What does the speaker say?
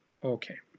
Okay